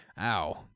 ow